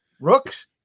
Rooks